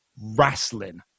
wrestling